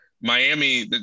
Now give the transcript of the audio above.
Miami